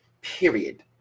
period